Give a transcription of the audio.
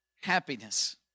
happiness